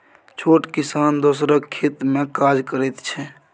छोट किसान दोसरक खेत मे काज करैत छै